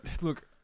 Look